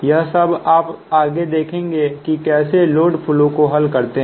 यह सब हम आगे देखेंगे कि कैसे लोड फ्लो को हल करते हैं